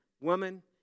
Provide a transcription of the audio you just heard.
woman